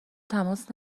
تماس